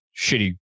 shitty